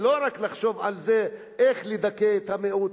ולא רק לחשוב איך לדכא את המיעוט,